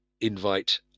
invite